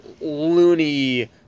loony